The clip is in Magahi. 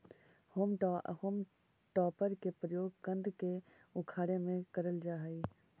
होम टॉपर के प्रयोग कन्द के उखाड़े में करल जा हई